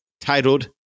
titled